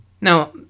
Now